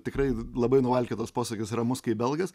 tikrai labai nuvalkiotas posakis ramus kaip belgas